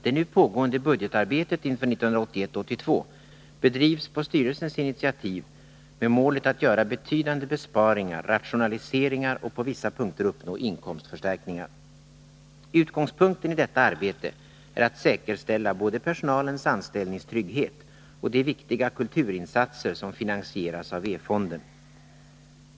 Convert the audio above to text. Det nu pågående budgetarbetet inför 1981/82 bedrivs, på styrelsens initiativ, med målet att göra betydande besparingar och rationaliseringar samt på 68 vissa punkter uppnå inkomstförstärkningar. Utgångspunkten i detta arbete är att säkerställa både personalens anställningstrygghet och de viktiga Nr 129 kulturinsatser som finansieras av E-fonden.